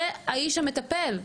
זה האיש המטפל.